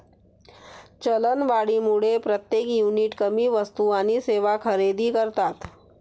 चलनवाढीमुळे प्रत्येक युनिट कमी वस्तू आणि सेवा खरेदी करतात